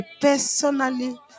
personally